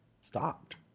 stopped